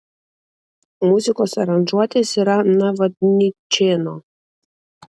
muzikos aranžuotės yra navadničėno